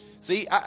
see